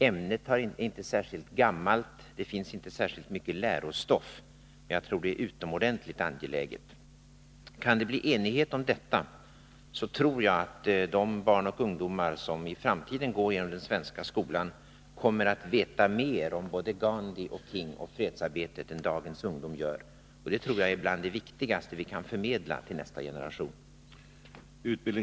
Ämnet är inte särskilt gammalt, och det finns inte särskilt mycket lärostoff, men jag tror att det är utomordentligt angeläget. Kan det bli enighet om detta, tror jag att barn och ungdomar som i framtiden går igenom den svenska skolan kommer att veta mera om både Gandhi, King och fredsarbetet än dagens ungdom gör. Det tror jag är bland det viktigaste vi kan förmedla till nästa generation.